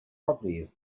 properties